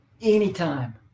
anytime